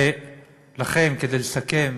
ולכן, כדי לסכם,